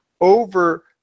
over